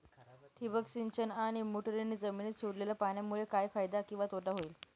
ठिबक सिंचन आणि मोटरीने जमिनीत सोडलेल्या पाण्यामुळे काय फायदा किंवा तोटा होईल?